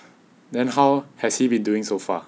then how has he been doing so far